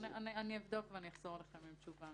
אני אבדוק ואחזור אליכם עם תשובה.